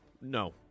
No